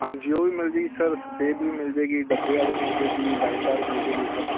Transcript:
ਹਾਂਜੀ ਉਹ ਵੀ ਮਿਲ ਜਾਵੇਗੀ ਸਰ ਸਫੇਦ ਵੀ ਮਿਲ ਜਾਵੇਗੀ ਡੱਬੇ ਵਾਲੀ ਮਿਲ ਜਾਵੇਗੀ ਲਾਈਨਦਾਰ ਮਿਲ ਜਾਵੇਗੀ ਸਰ